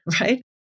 Right